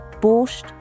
borscht